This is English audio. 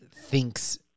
thinks